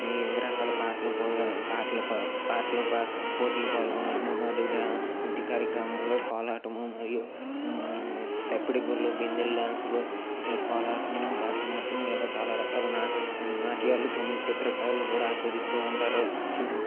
వివిధ రకాల పాటలు పాటలు పాటలు పోటీలో పాల్గొనడం మరియు నృత్య కార్యక్రమాలు కోలాటము మరియు తప్పిడుగుల్లు బిందెల డాన్స్లు కోలాటము భరతనాట్యము ఇలా చాలా రకాలు నాట్యాలు తొమ్మిది చిత్రకళలు ఆస్వాదిస్తూ ఉంటారు